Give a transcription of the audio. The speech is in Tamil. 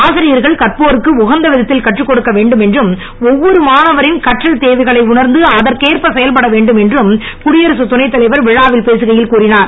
ஆசிரியர்கள் கற்போருக்கு உகந்த விதத்தில் கற்றுக்கொடுக்க வேண்டும் என்றும் ஒவ்வொரு மாணவரின் கற்றல் தேவைகளை உணர்ந்து அதற்கேற்ப செயல்பட வேண்டும் என்றும் குடியரசுத் துணைத் தலைவர் விழாவில் பேசுகையில் கூறினார்